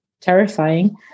terrifying